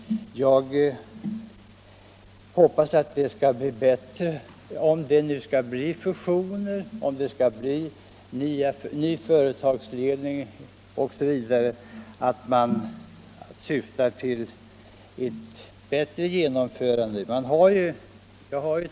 Om det nu skall bli fusioner, ny företagsledning osv. hoppas jag att man syftar till ett bättre genomförande än vi tidigare fått se.